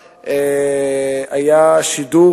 חברי חברי הכנסת,